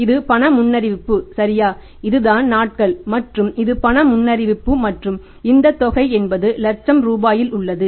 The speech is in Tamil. இது பண முன்னறிவிப்பு சரியா இதுதான் நாட்கள் மற்றும் இது பண முன்னறிவிப்பு மற்றும் இந்த தொகை என்பது இலட்சம் ரூபாயில் உள்ளது